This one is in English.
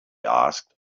asked